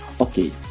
okay